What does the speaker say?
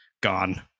gone